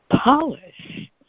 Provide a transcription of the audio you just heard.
polish